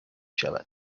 شود